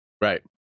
Right